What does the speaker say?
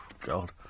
God